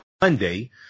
Monday